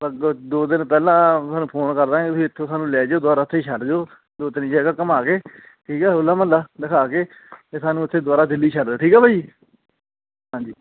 ਬਸ ਦੋ ਦਿਨ ਪਹਿਲਾਂ ਤੁਹਾਨੂੰ ਫੋਨ ਕਰਦਾਂਗੇ ਤੁਸੀਂ ਇੱਥੋਂ ਸਾਨੂੰ ਲੈ ਜਾਇਓ ਦੁਆਰਾ ਉੱਥੇ ਛੱਡ ਜਾਇਓ ਦੋ ਤਿੰਨ ਜਗ੍ਹਾ ਘੁੰਮਾ ਕੇ ਠੀਕ ਹੈ ਹੋਲਾ ਮਹੱਲਾ ਦਿਖਾ ਕੇ ਅਤੇ ਸਾਨੂੰ ਉੱਥੇ ਦੁਬਾਰਾ ਦਿੱਲੀ ਛੱਡ ਦਿਓ ਠੀਕ ਆ ਭਾਈ ਹਾਂਜੀ